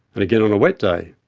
and again on a wet day,